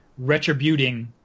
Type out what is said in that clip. retributing